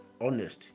honest